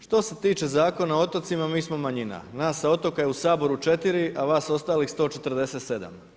Što se tiče Zakona o otocima, mi smo manjina, nas s otoka je u Saboru 4, a vas ostalih 147.